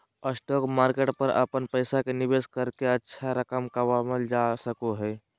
stock market पर अपन पैसा के निवेश करके अच्छा रकम कमावल जा सको हइ